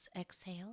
exhale